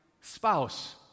spouse